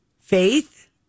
Faith